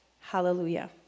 Hallelujah